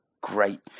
great